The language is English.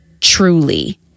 Truly